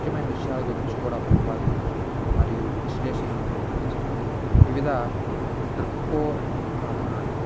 ముఖ్యమైన విషయాల గురించి కూడా ప్రతిపాదనలు మరియు విశ్లేషలను అందిస్తుంది వివిధ దృక్పో కాణాలు